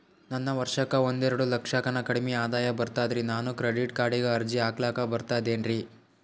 ನನಗ ವರ್ಷಕ್ಕ ಒಂದೆರಡು ಲಕ್ಷಕ್ಕನ ಕಡಿಮಿ ಆದಾಯ ಬರ್ತದ್ರಿ ನಾನು ಕ್ರೆಡಿಟ್ ಕಾರ್ಡೀಗ ಅರ್ಜಿ ಹಾಕ್ಲಕ ಬರ್ತದೇನ್ರಿ?